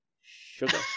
Sugar